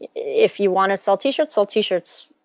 if you want to sell t-shirts, sell t-shirts.